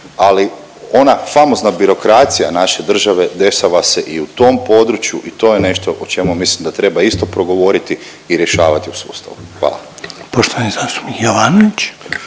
ali ona famozna birokracija naše države dešava se i u tom području i to je nešto o čemu mislim da treba isto progovoriti i rješavati uspostavu. Hvala.